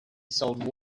sold